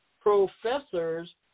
Professors